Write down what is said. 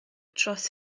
dros